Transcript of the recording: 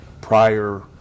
prior